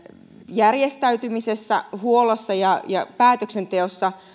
järjestäytymisessä huollossa ja ja päätöksenteossa